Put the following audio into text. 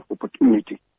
opportunity